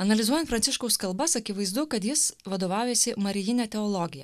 analizuojant pranciškaus kalbas akivaizdu kad jis vadovaujasi marijine teologija